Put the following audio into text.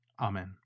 Amen